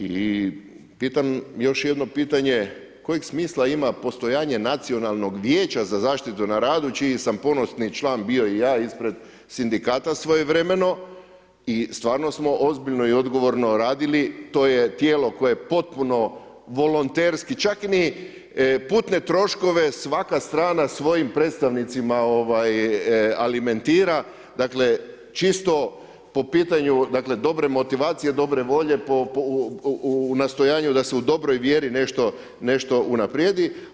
I pitam još jedno pitanje kojeg smisla ima postojanje Nacionalnog vijeća za zaštitu na radu čiji sam ponosni član bio i ja ispred sindikata svojevremeno i stvarno smo ozbiljno i odgovorno radili, to je tijelo koje potpuno volonterski, čak ni putne troškove svaka strana svojim predstavnicima alimentira, dakle čisto po pitanju, dakle dobre motivacije, dobre volje u nastojanju da se u dobroj vjeri nešto unaprijedi.